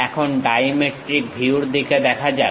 এখন ড্রাইমেট্রিক ভিউর দিকে দেখা যাক